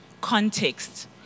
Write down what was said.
context